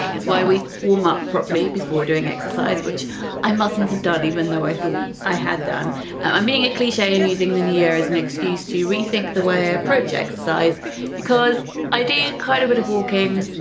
it's why we warm up properly before doing exercise which i mustn't have done even though i thought i had. i'm being a cliche and using the new year as an excuse to rethink the way approach exercise because i do quite a bit of walking,